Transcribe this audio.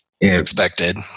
Expected